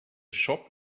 shop